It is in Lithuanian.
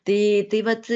tai tai vat